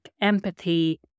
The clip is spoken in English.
empathy